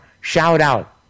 shout-out